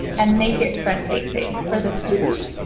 and make it front-facing for the students,